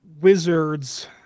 Wizards